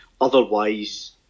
Otherwise